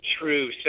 true